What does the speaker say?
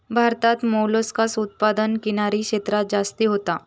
भारतात मोलस्कास उत्पादन किनारी क्षेत्रांत जास्ती होता